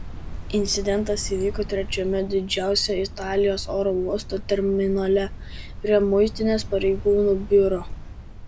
incidentas įvyko trečiame didžiausio italijos oro uosto terminale prie muitinės pareigūnų biuro